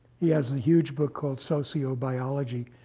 he has a huge book called sociobiology,